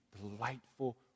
delightful